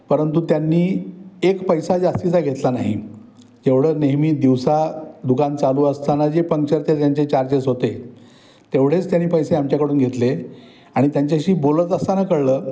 परंतु त्यांनी एक पैसा जास्तीचा घेतला नाही जेवढं नेहमी दिवसा दुकान चालू असताना जे पंक्चरचे त्यांचे चार्जेस होते तेवढेच त्यांनी पैसे आमच्याकडून घेतले आणि त्यांच्याशी बोलत असताना कळलं